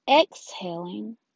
exhaling